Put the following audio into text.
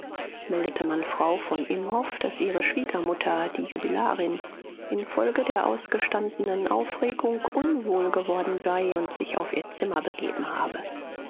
meldete man frau von imhoff daß ihre schwiegermutter die jubilarin infolge der ausgestandenen aufregung unwohl geworden sei und sich auf ihr zimmer begeben habe